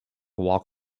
walk